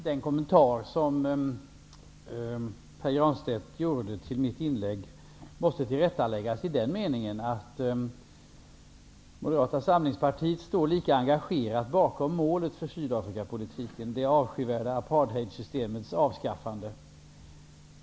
Herr talman! Den kommentar som Pär Granstedt gjorde till mitt inlägg måste tillrättaläggas i den meningen att Moderata samlingspartiet står lika engagerat bakom målet för Sydafrikapolitiken, det avskyvärda apartheidsystemets avskaffande.